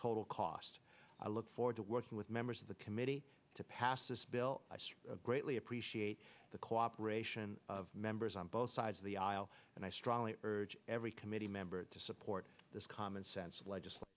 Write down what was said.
total costs i look forward to working with members of the committee to pass this bill i greatly appreciate the cooperation of members on both sides of the aisle and i strongly urge every committee member to support this common sense of legislat